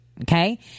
Okay